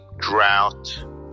drought